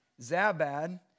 Zabad